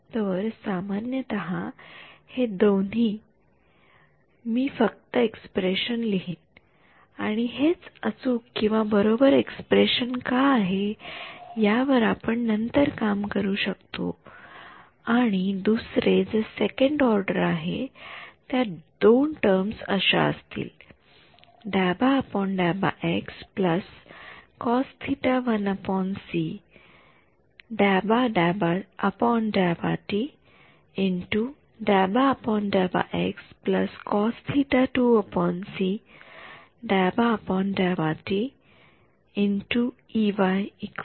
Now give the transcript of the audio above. तर सामान्यतः हे दोन्ही मी फक्त एक्स्प्रेशन लिहीन आणि हेच अचूकबरोबर एक्स्प्रेशन का आहे यावर आपण नंतर काम करू शकतो आणि दुसरे जे सेकंड ऑर्डर आहे त्या दोन टर्म्स अशा असतील